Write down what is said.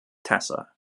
tessa